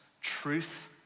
truth